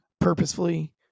purposefully